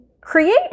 create